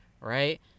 right